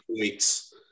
points